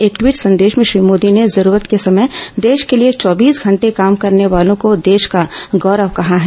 एक ट्वीट संदेश में श्री मोदी ने जरूरत के समय देश के लिए चौबीस घंटे काम करने वालों को देश का गौरव कहा है